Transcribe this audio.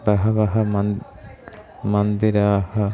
बहवः मन् मन्दिराणि